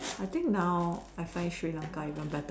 I think now I find Sri-Lanka even better